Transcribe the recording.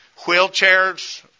Wheelchairs